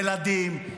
ילדים,